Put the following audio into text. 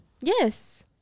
Yes